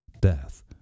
death